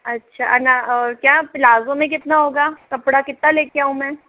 अच्छा अना और क्या पलाज़ो में कितना होगा कपड़ा कितना लेके आऊं मैं